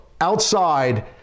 outside